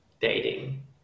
dating